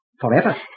Forever